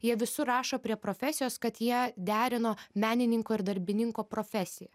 jie visur rašo prie profesijos kad jie derino menininko ir darbininko profesiją